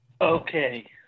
Okay